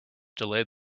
delayed